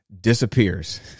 disappears